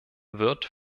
wird